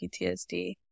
PTSD